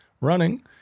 running